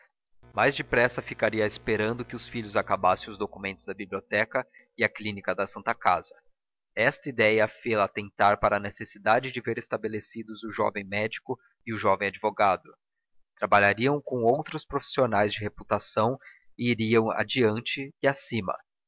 mais depressa ficaria esperando que os filhos acabassem os documentos da biblioteca e a clínica da santa casa esta ideia fê-la atentar para a necessidade de ver estabelecidos o jovem médico e o jovem advogado trabalhariam com outros profissionais de reputação e iriam adiante e acima